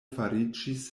fariĝis